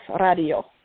Radio